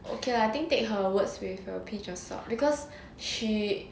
okay lah I think take her words with a pinch of salt because she